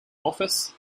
office